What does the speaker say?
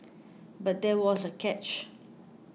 but there was a catch